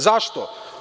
Zašto?